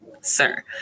sir